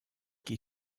qui